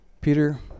Peter